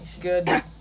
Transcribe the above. good